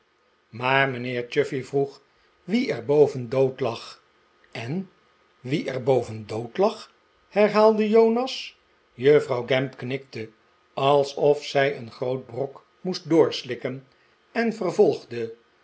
maar mijnheer chuffey vroeg wie er boven dood lag en wie er boven dood lag herhaalde jonas juffrouw gamp knikte alsof zij een groot brok moest doorslikken en vervolgde